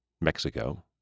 Mexico